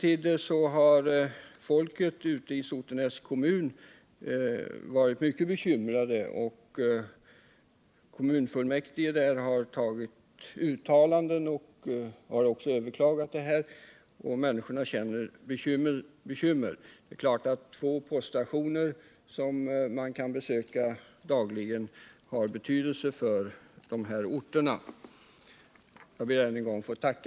Invånarna i Sotenäs kommun är emellertid mycket bekymrade, och kommunfullmäktige där har gjort uttalanden och även överklagat det aktuella beslutet. Det är klart att två poststationer, som man kan besöka dagligen, har betydelse för de båda orterna. Jag ber än en gång att få tacka.